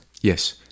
yes